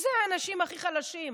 זה האנשים הכי חלשים,